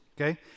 Okay